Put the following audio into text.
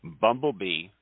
bumblebee